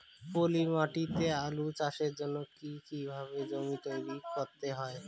পলি মাটি তে আলু চাষের জন্যে কি কিভাবে জমি তৈরি করতে হয়?